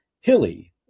hilly